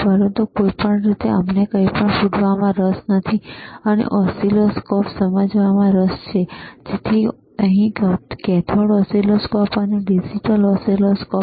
પરંતુ કોઈપણ રીતે અમને કંઈપણ ફૂટવામાં રસ નથી અમને ઓસિલોસ્કોપને સમજવામાં રસ છેતેથી અહીં કેથોડ ઓસિલોસ્કોપ અહીં ડિજિટલ ઓસિલોસ્કોપ